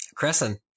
Crescent